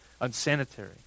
unsanitary